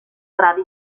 grave